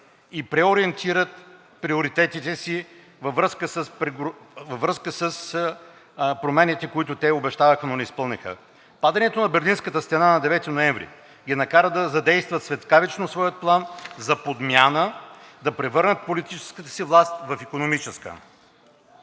и преориентират приоритетите си във връзка с промените, които те обещаваха, но не изпълниха. Падането на Берлинската стена на 10 ноември 1989 г. ги накара да задействат светкавично своя план за подмяна да превърнат политическата си власт в икономическа.